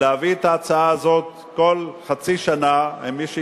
להביא את ההצעה הזאת כל חצי שנה, עם מי שיצטרף,